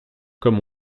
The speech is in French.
comme